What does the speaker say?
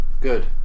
Good